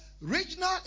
regional